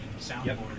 soundboard